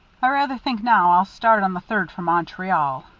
i rather think now i'll start on the third for montreal.